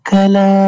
Kala